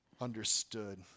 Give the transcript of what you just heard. understood